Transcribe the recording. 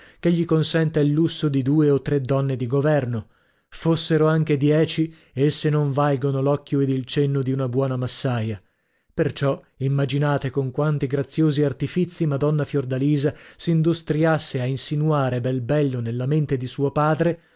che gli consenta il lusso di due o tre donne di governo fossero anche dieci esse non valgono l'occhio ed il cenno di una buona massaia perciò immaginate con quanti graziosi artifizi madonna fiordalisa s'industriasse a insinuare bel bello nella mente di suo padre